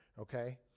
okay